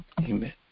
Amen